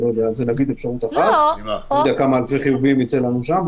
לא יודע כמה אלפי חיוביים יצאו שם.